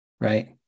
right